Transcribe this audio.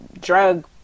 drug